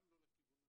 גם לא לכיוון הזה,